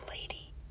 lady